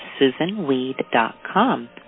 susanweed.com